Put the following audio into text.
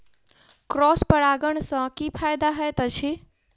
Cross परागण सँ की फायदा हएत अछि?